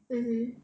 mmhmm